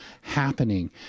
happening